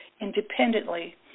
independently